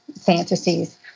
fantasies